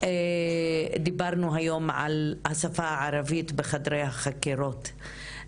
דיברנו היום על השפה הערבית בחדרי החקירות,